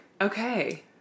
Okay